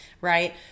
right